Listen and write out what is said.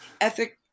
ethic